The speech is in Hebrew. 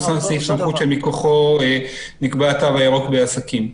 אותו סעיף סמכות שמכוחו נקבע התו הירוק בעסקים.